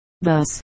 Thus